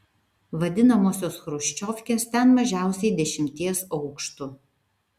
vadinamosios chruščiovkes ten mažiausiai dešimties aukštų